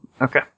Okay